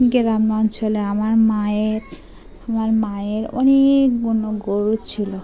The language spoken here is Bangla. গ্রাম অঞ্চলে আমার মায়ের আমার মায়ের অনেকগুলো গরু ছিলো